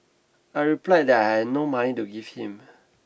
I replied that I had no money to give him